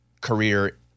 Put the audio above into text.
career